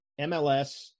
MLS